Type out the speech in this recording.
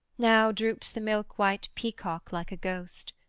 now droops the milkwhite peacock like a ghost,